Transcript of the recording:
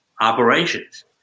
operations